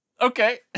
okay